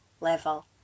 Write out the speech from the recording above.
level